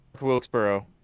Wilkesboro